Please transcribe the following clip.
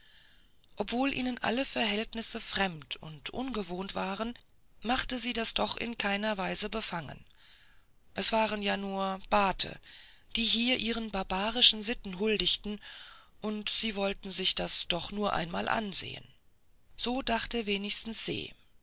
obwohl ihnen alle verhältnisse fremd und ungewohnt waren so machte sie das doch in keiner weise befangen es waren ja nur bate die hier ihren barbarischen sitten huldigten und sie wollten sich das nur einmal ansehen so dachte wenigstens se sie